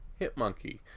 Hitmonkey